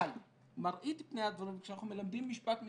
אבל מראית פני הדברים כשאנחנו מלמדים משפט מינהלי,